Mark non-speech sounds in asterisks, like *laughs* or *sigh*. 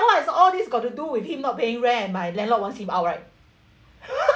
what is all this got to do with him not paying rent my landlord wants him out right *laughs*